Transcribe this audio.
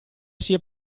sia